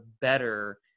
better